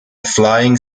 flying